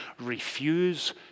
Refuse